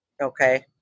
okay